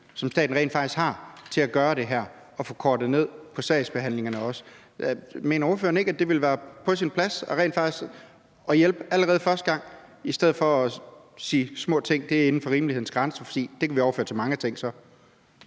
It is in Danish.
som staten rent faktisk har i forhold til at gøre det her og også få kortet ned på sagsbehandlingstiderne. Mener ordføreren ikke, at det ville være på sin plads, og at det rent faktisk ville hjælpe allerede den første gang, i stedet for at man siger, at det er små ting, der er inden for rimelighedens grænser? For det kan vi så overføre til mange andre